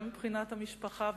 גם מבחינת המשפחה,